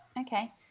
okay